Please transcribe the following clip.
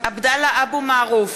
(קוראת בשמות חברי הכנסת) עבדאללה אבו מערוף,